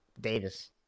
Davis